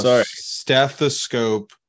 stethoscope